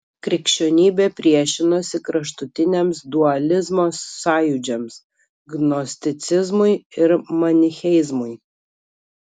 krikščionybė priešinosi kraštutiniams dualizmo sąjūdžiams gnosticizmui ir manicheizmui